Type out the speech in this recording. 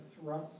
thrust